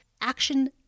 action